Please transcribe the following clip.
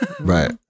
Right